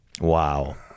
Wow